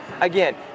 again